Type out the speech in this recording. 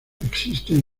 existen